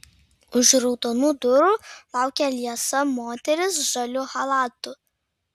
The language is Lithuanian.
už raudonų durų laukia liesa moteris žaliu chalatu